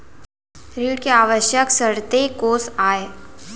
ऋण के आवश्यक शर्तें कोस आय?